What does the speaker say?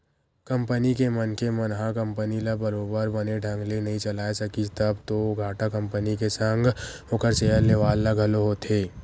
company के मनखे मन ह कंपनी ल बरोबर बने ढंग ले नइ चलाय सकिस तब तो घाटा कंपनी के संग ओखर सेयर लेवाल ल घलो होथे